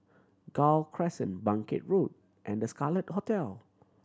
Gul Crescent Bangkit Road and The Scarlet Hotel